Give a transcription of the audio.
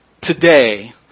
today